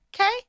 Okay